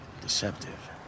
deceptive